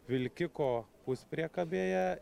vilkiko puspriekabėje